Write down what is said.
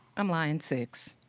i'm lying, six.